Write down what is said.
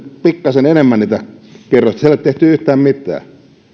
pikkasen enemmän niitä kerrostaloja siellä ei ole tehty yhtään mitään